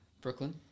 Brooklyn